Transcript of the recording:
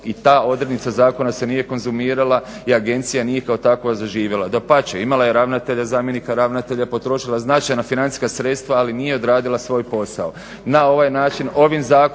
i ta odrednica zakona se nije konzumirala i agencija nije kao takva zaživjela. Dapače, imala je ravnatelja, zamjenika ravnatelja, potrošila značajna financijska sredstva ali nije odradila svoj posao.